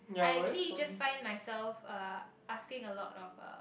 I actually just find myself uh asking a lot of uh